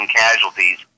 casualties